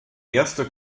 erste